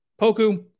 Poku